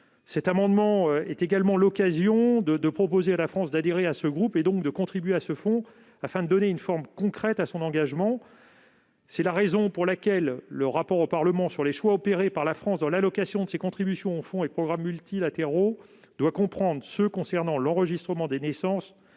Cet amendement est également l'occasion de proposer à la France d'adhérer à ce groupe et de contribuer à ce fonds afin de donner une forme concrète à son engagement. C'est la raison pour laquelle le rapport au Parlement sur les choix opérés par la France dans l'allocation de ses contributions aux fonds et programmes multilatéraux doit intégrer l'enregistrement des naissances